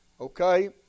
okay